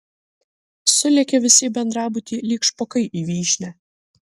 sulėkė visi į bendrabutį lyg špokai į vyšnią